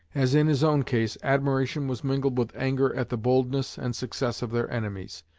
as in his own case, admiration was mingled with anger at the boldness and success of their enemies.